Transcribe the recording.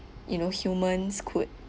you know humans could